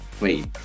Wait